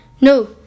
No